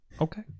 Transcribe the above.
Okay